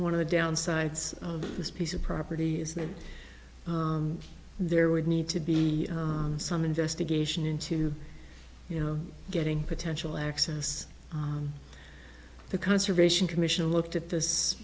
one of the downsides of this piece of property is that there would need to be some investigation into you know getting potential access the conservation commission looked at this